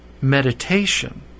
Meditation